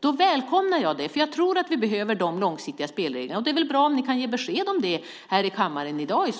Då välkomnar jag det, för jag tror att vi behöver de långsiktiga spelreglerna. Det är bra om ni kan ge besked om det här i kammaren i dag.